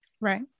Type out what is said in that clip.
Right